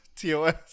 TOS